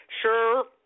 Sure